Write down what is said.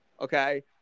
Okay